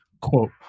quote